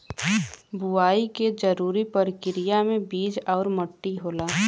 बुवाई के जरूरी परकिरिया में बीज आउर मट्टी होला